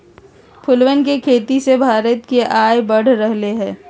फूलवन के खेती से भारत के आय बढ़ रहले है